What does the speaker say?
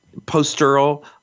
postural